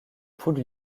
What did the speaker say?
poule